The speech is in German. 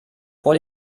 vor